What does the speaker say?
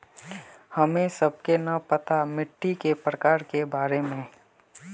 हमें सबके न पता मिट्टी के प्रकार के बारे में?